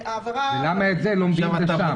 ולמה את זה לא מביאים לשם?